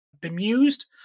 bemused